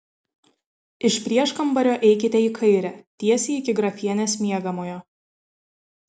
iš prieškambario eikite į kairę tiesiai iki grafienės miegamojo